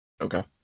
Okay